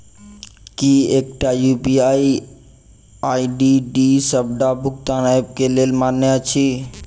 की एकटा UPI ID डी सबटा भुगतान ऐप केँ लेल मान्य अछि?